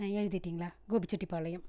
ஆ எழுதீட்டிங்களா கோபிச்செட்டிபாளையம்